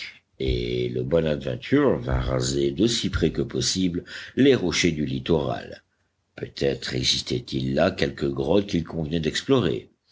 et le bonadventure vint raser d'aussi près que possible les rochers du littoral peut-être existait-il là quelque grotte qu'il convenait d'explorer